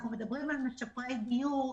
אנו מדברים על משפרי דיור.